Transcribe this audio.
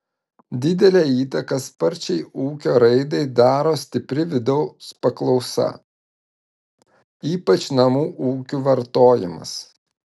didelę įtaką sparčiai ūkio raidai daro stipri vidaus paklausa ypač namų ūkių vartojimas